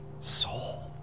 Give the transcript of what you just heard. soul